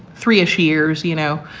three ish years, you know,